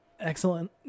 excellent